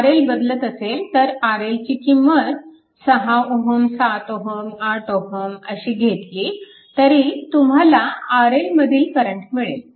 RL बदलत असेल तर RL ची किंमत 6 Ω 7 Ω 8 Ω अशी घेतली तरी तुम्हाला RL मधील करंट मिळेल